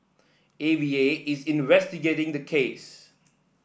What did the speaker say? A V A is investigating the case